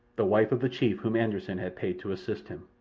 the wife of the chief whom anderssen had paid to assist him.